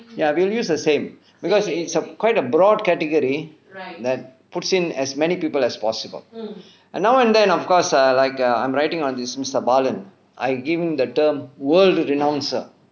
ya we'll use the same because it's a quite a broad category that puts in as many people as possible and now and then of course err like err I'm writing on this mister balan give him the term world renouncer